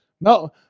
No